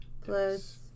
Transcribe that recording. plus